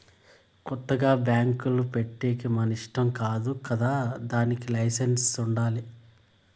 కొత్తగా బ్యాంకులు పెట్టేకి మన ఇష్టం కాదు కదా దానికి లైసెన్స్ ఉండాలి